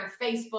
Facebook